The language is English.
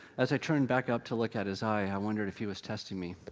as i turned back up to look at his eye, i wondered if he was testing me.